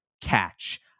catch